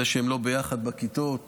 זה שהם לא ביחד בכיתות ומפוצלים,